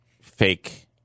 fake